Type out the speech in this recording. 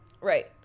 right